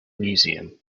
museum